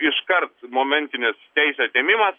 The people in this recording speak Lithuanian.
iškart momentinis teisių atėmimas